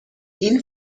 این